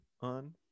on